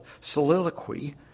soliloquy